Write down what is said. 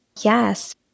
Yes